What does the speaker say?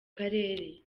karere